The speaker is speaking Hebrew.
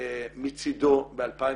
מצידו ב-2019.